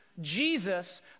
Jesus